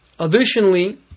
Additionally